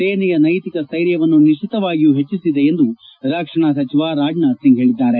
ಸೇನೆಯ ನೈತಿಕ ಸ್ವೈರ್ಯವನ್ನು ನಿಶ್ಲಿತವಾಗಿಯೂ ಹೆಚ್ಚಿಸಿದೆ ಎಂದು ರಕ್ಷಣಾ ಸಚಿವ ರಾಜನಾಥ್ ಸಿಂಗ್ ಹೇಳಿದ್ದಾರೆ